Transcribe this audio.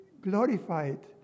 glorified